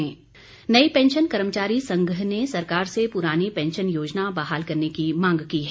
पुरानी पेंशन नई पैंशन कर्मचारी संघ ने सरकार से पुरानी पैंशन योजना बहाल करने की मांग की है